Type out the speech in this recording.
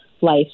life